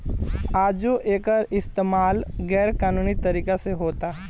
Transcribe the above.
आजो एकर इस्तमाल गैर कानूनी तरीका से होता